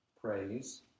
praise